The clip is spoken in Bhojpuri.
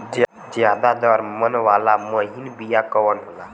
ज्यादा दर मन वाला महीन बिया कवन होला?